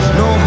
no